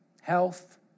health